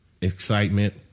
excitement